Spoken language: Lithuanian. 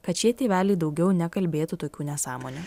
kad šie tėveliai daugiau nekalbėtų tokių nesąmonių